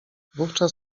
wówczas